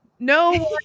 No